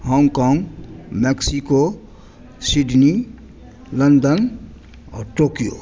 Hong Kong Mexico Sydney London Tokyo